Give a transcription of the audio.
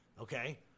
Okay